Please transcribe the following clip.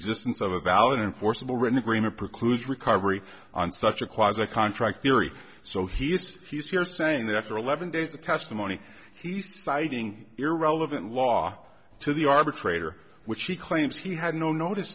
existence of a valid enforceable written agreement precludes recovery on such a clause a contract theory so he's he's here saying that after eleven days of testimony he's citing your relevant law to the arbitrator which he claims he had no notice